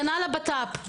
כנ"ל הבט"פ.